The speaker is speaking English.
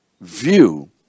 view